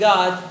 God